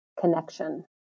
connection